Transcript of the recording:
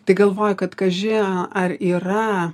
tai galvoju kad kaži ar yra